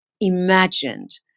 imagined